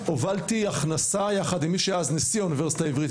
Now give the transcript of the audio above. הובלתי יחד עם מי שהיה אז נשיא האוניברסיטה העברית,